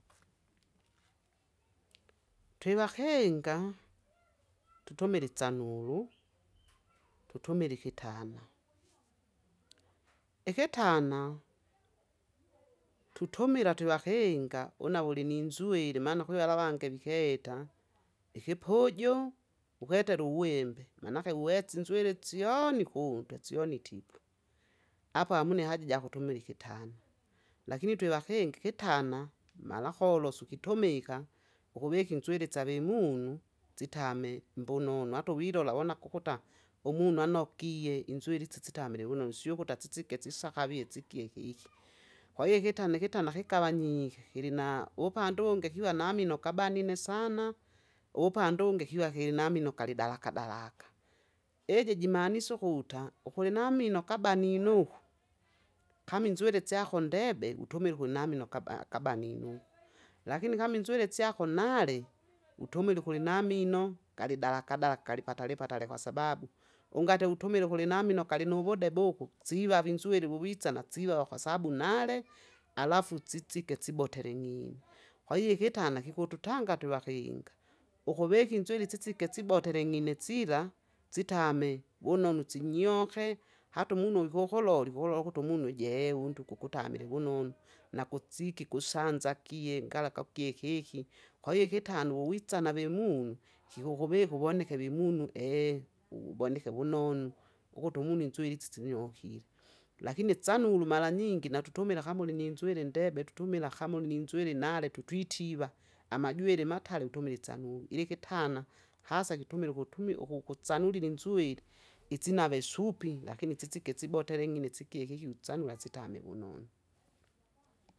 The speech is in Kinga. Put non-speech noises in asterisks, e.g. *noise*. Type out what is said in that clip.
*noise* twivahenga, tutumili tsa ng'ulu, tutumili hitana, ihitana, tutumila twevahenga, ula uli ni nzwilimana kwivala vange viketa, ihipuju, uheteluwembe, manake uhetsu nzwili tsyoni huntwe, tsyoni tipu, apa hamuni haja ja hutumili hitana, lakini twevahengi hitana, mala holosu kitumika, uhuviki nzwili tsave munu, tsitame mbununu, hatovilola wona kukuta, umunu anogiye, inzwili tsitsitamile wunon siyokuta tsitsige tsisagavye tsigye hihi. Kwahiyo kitana- hitana higavanyihe, hilina upandu wungi hiva na mino gabanine sana, upandu wungi hiva hilina mino gali dalaga- dalaga, *noise* eje jimaanisu huta uhuli na mino gabaninuhu, kami nzwili tsaho ndebe utumili huna mino gabaninuhu, *noise* lakini kami nzwili tsyaho nali, *noise* utumili huli na mino, *noise* gali dalaga- dalaga gali patali- patale kwasababu, ungate hutumile huli na mino gali nuwudebuhu, tsivavi nzwili wuvitsana kwabu nale, *noise* alafu tsitsige tsiboteling'ine. *noise* Kwaiyo ihitana hihututanga twevahenga, uhuvehi nzwili tsitsige tsiboteling'ine tsila, tsitame, wunon tsinyohe, hatu munu wihuhulole huhulol kutumunu je untu kukutamile wununu, na kutsiki kusanzagiye ngala gukye hihi, kwaiyo ikitanu wuwitsana vemunu, *noise* hihuhuvihu wonehe vemunu *unintelligible* ubonihe wununu, uhutu munu nzwili itsi tsinyohile, lakini tsanulu mala nyingi natutumila hamulini nzwili ndebe tutumila hamnu ulini nzwili nale tutwitiva, amajwele matale wutumili tsanuo, ilikitana, hasa kitumil- hutumi- uhukutsanulili nzwili, itsinave supi, lakini tsitsige tsiboteling'ine tsigye hihi utsanula tsitame wununu. *noise*